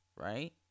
Right